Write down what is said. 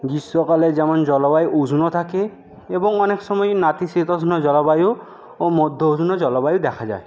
গ্রীষ্মকালে যেমন জলবায়ু উষ্ণ থাকে এবং অনেক সময় নাতিশীতোষ্ণ জলবায়ু ও মধ্য উষ্ণ জলবায়ু দেখা যায়